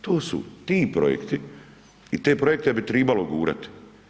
To su ti projekti i te projekte bi trebalo gurati.